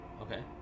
Okay